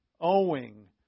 owing